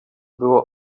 było